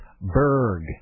Berg